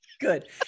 good